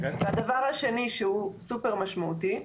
הדבר השני שהוא סופר משמעותי,